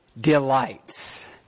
delights